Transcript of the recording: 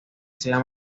sea